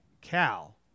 Cal